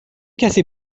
کسی